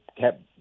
kept